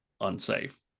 unsafe